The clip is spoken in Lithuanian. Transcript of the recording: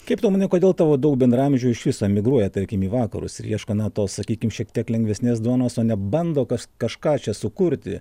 kaip tu manai kodėl tavo daug bendraamžių iš viso emigruoja tarkim į vakarus ir ieško na tos sakykim šiek tiek lengvesnės duonos o nebando kas kažką čia sukurti